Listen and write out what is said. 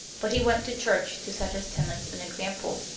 but he went to church to set his tenants an example.